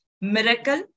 miracle